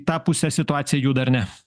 tą pusę situacija juda ar ne